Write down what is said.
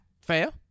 Fair